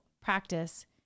practice